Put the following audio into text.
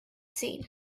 seen